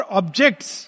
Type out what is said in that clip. objects